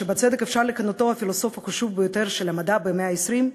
שבצדק אפשר לכנותו הפילוסוף החשוב ביותר של המדע במאה ה-20,